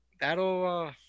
that'll